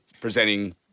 presenting